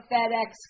FedEx